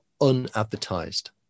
unadvertised